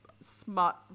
smart